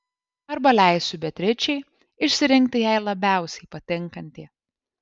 arba leisiu beatričei išsirinkti jai labiausiai patinkantį